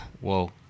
Whoa